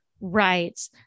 Right